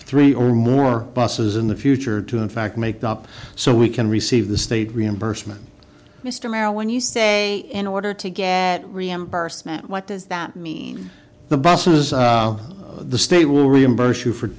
three or more buses in the future to in fact make up so we can receive the state reimbursement mr merrill when you say in order to get reimbursement what does that mean the buses the state will reimburse you for